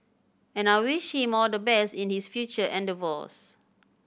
and I wish him all the best in his future endeavours